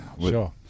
Sure